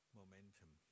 momentum